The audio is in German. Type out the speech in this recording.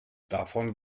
davon